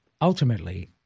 ultimately